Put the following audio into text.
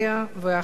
ואחריו,